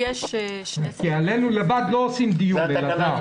עלינו לבד לא עושים דיון, אלעזר.